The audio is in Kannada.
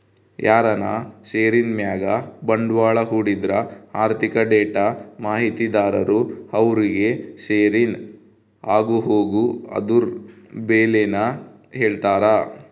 ಯಾರನ ಷೇರಿನ್ ಮ್ಯಾಗ ಬಂಡ್ವಾಳ ಹೂಡಿದ್ರ ಆರ್ಥಿಕ ಡೇಟಾ ಮಾಹಿತಿದಾರರು ಅವ್ರುಗೆ ಷೇರಿನ ಆಗುಹೋಗು ಅದುರ್ ಬೆಲೇನ ಹೇಳ್ತಾರ